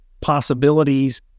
possibilities